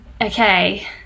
Okay